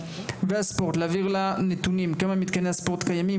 והספורט להעביר לה נתונים כמה מתקני ספורט קיימים,